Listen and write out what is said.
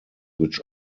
which